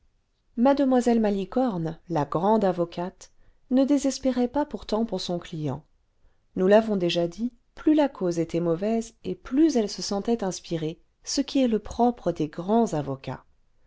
mue malicorne la grande avocate ne désespérait pas pourtant pour son client nous l'avons déjà dit plus la cause était mauvaise et plus elle se sentait inspirée ce qui est le propre des grands avocats